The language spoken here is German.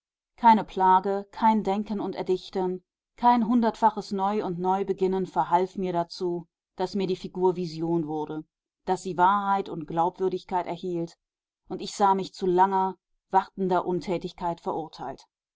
keine plage kein denken und erdichten kein hundertfaches neu und neubeginnen verhalf mir dazu daß mir die figur vision wurde daß sie wahrheit und glaubwürdigkeit erhielt und ich sah mich zu langer wartender untätigkeit verurteilt